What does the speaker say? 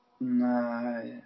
No